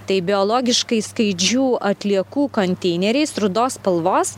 tai biologiškai skaidžių atliekų konteineriais rudos spalvos